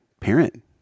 parent